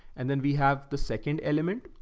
and then we have the second element.